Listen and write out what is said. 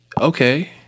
okay